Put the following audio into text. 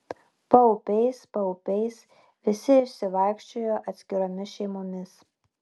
paupiais paupiais visi išsivaikščiojo atskiromis šeimomis